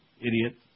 idiot